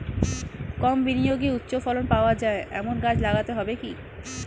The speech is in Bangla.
কম বিনিয়োগে উচ্চ ফলন পাওয়া যায় এমন গাছ লাগাতে হবে কি?